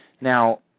Now